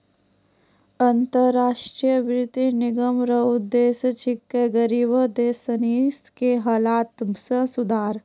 अन्तर राष्ट्रीय वित्त निगम रो उद्देश्य छिकै गरीब देश सनी के हालत मे सुधार